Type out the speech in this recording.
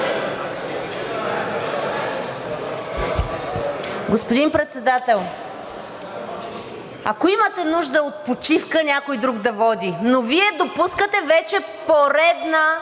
Господин Председател, ако имате нужда от почивка, някой друг да води. Но Вие допускате вече поредно